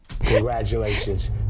Congratulations